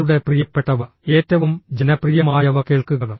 നിങ്ങളുടെ പ്രിയപ്പെട്ടവ ഏറ്റവും ജനപ്രിയമായവ കേൾക്കുക